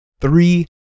three